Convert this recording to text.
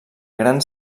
gran